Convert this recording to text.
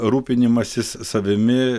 rūpinimasis savimi